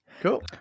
Cool